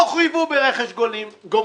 לא חויבו ברכש גומלין.